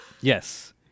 Yes